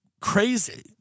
crazy